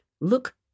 Look